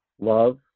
love